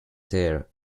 there